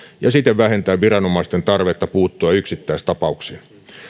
ja siten vähentää viranomaisten tarvetta puuttua yksittäistapauksiin